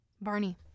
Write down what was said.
Barney